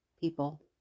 people